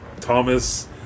Thomas